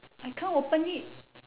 I can't open it